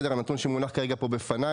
הנתון שמונח בפניי,